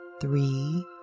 three